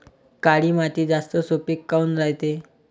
काळी माती जास्त सुपीक काऊन रायते?